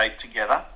together